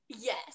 Yes